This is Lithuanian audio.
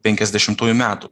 penkiasdešimtųjų metų